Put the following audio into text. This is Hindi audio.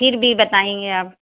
फिर भी बताइए आप